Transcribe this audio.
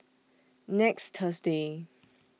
next Thursday